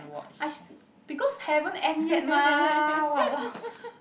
I because haven't end yet mah !walao!